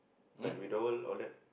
like withdrawal all that